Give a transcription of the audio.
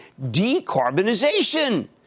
decarbonization